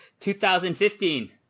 2015